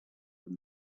from